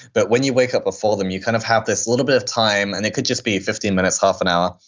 but when you wake up before them, you kind of have this little bit of time and it could just be fifteen minutes, half an hour,